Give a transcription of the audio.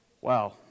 wow